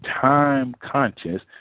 time-conscious